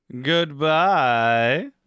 goodbye